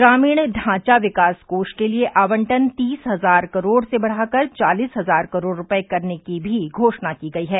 ग्रामीण ढांचा विकास कोष के लिए आवंटन तीस हजार करोड़ से बढ़ाकर चालीस हजार करोड़ रूपये करने की भी घोषणा की गई है